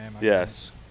Yes